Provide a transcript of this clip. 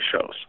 shows